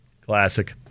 Classic